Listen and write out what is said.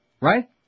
Right